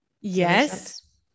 Yes